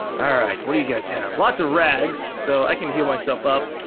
alright. what do you guys have? lots of rags, so i can heal myself up.